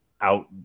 out